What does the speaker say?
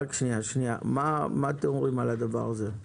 מה אתם אומרים על הדבר הזה?